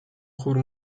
chór